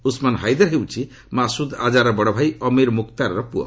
ଉସମାନ୍ ହାଇଦର ହେଉଛି ମାସୁଦ୍ ଆଝାର୍ର ବଡ଼ ଭାଇ ଅମିର୍ ମୁକ୍ତାରର ପୁଅ